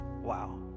Wow